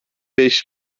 beş